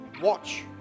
watch